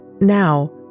Now